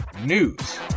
News